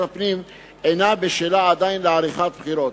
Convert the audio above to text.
הפנים עדיין אינה בשלה לעריכת בחירות.